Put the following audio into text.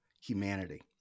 humanity